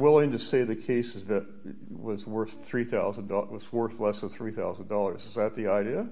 willing to say the cases that was worth three thousand dollars worth less than three thousand dollars that the idea